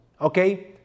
Okay